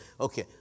Okay